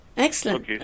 excellent